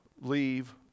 leave